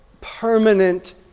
permanent